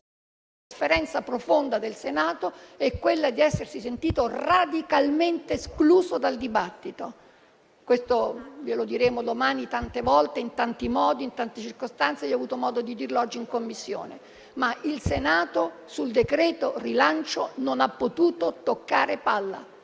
la sofferenza profonda del Senato è quella di essersi sentito radicalmente escluso dal dibattito. Questo glielo diremo domani tante volte, in tanti modi, in tante circostanze, e io ho avuto modo di dirlo oggi in Commissione, ma il Senato sul decreto rilancio non ha potuto "toccare palla",